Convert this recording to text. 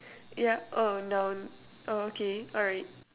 yup oh no oh okay alright